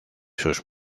sus